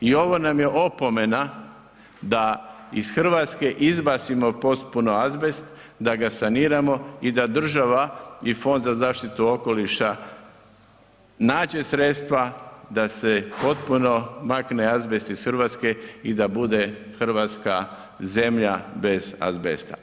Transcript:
I ovo nam je opomena da iz Hrvatske izbacimo potpuno azbest, da ga saniramo i da država i Fond za zaštitu okoliša nađe sredstva da se potpuno makne azbest iz Hrvatske i da bude Hrvatska zemlja bez azbesta.